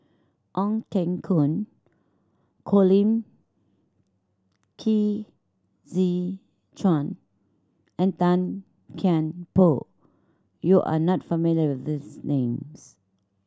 Ong Teng Koon Colin Qi Zhe Quan and Tan Kian Por you are not familiar with these names